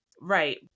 right